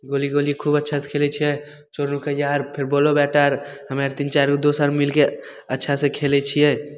गोली गोली खूब अच्छासे खेलै छिए चोर नुकैआ आर फेर बॉलो बैट आर हमे आर तीन चारिगो दोस आर मिलिके अच्छासे खेलै छिए